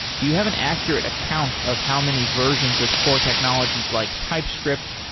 do you have an accurate account of how many versions of core technologies like ttypescript,